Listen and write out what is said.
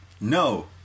No